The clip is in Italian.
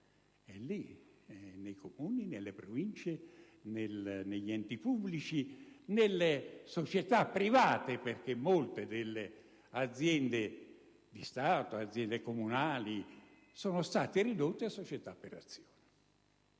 è lì, nei Comuni, nelle Province, negli enti pubblici, nelle società private, perché molte aziende di Stato e comunali sono state ridotte a società per azioni.